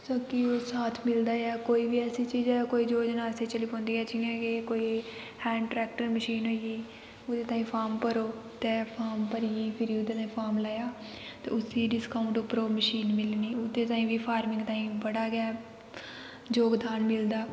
साथ मिलदा ऐ कोई बी ऐसी चीज ऐ ऐसी योजना चली पौंदी जि'यां कि कोई हैंड ट्रैक्टर मशीन होई ओह्दै ताईं फार्म भरो ते फार्म भरियै ओह्दै आस्तै फार्म लाया ते उस्सी डिस्काउंट उप्पर ओह् मशीन मिलनी ओह्दै ताईं बी फार्मिंग ताईं बी बड़ा जोगदान मिलदा